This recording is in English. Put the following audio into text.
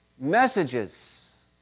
messages